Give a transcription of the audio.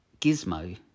Gizmo